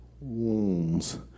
wounds